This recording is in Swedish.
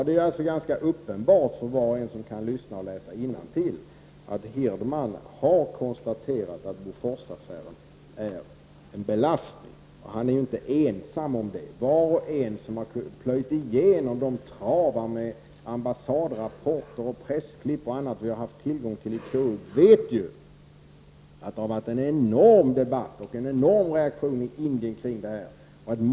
Det är alltså ganska uppenbart för var och en som kan lyssna och läsa innantill att Hirdman har konstaterat att Boforsaffären är en belastning. Han är inte ensam om det. Var och en som har plöjt igenom de travar av ambassadrapporter, pressklipp och annat som vi har haft tillgång till i KU vet att det har varit en enorm debatt och en enorm reaktion i Indien över detta.